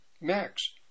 Max